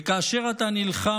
כאשר אתם נלחמים